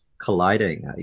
colliding